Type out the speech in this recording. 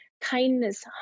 kindness